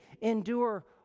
endure